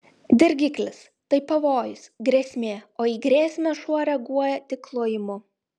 dirgiklis tai pavojus grėsmė o į grėsmę šuo reaguoja tik lojimu